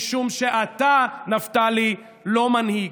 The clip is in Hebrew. משום שאתה, נפתלי, לא מנהיג.